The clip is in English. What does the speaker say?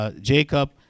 Jacob